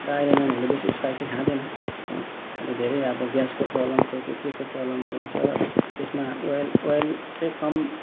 र अहिले नानीहरूले बेसी स्पाइसी खाँदैन है अहिले धेरै अब ग्यासको प्रब्लम कोहीलाई केको प्रब्लमहरू हुन्छ त्यसमा ओइल ओइल चाहिँ कम